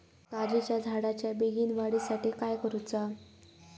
काजीच्या झाडाच्या बेगीन वाढी साठी काय करूचा?